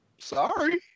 Sorry